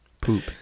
poop